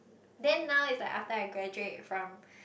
then now is like after I graduate from